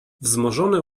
wzmożone